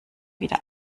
wieder